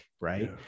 right